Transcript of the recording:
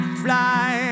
fly